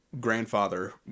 grandfather